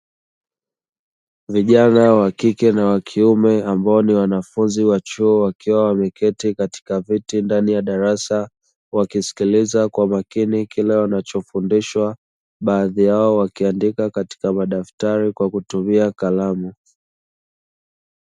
Vijana wakike na wa kiume ambao ni wanafunzi wa chuo wakiwa wameketi katika viti ,ndani ya darasa wakisikiliza kwa makini kile wanachofundishwa, baadhi yao wakiabdika kwenye madaftari kwa kutumia kalamu.